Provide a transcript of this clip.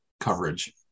coverage